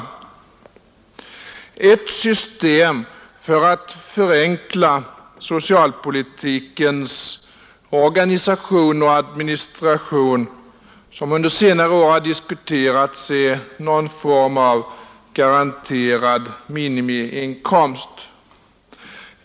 Ett system för att förenkla socialpolitikens organisation och administration som under senare år har diskuterats är någon form av garanterad minimiinkomst.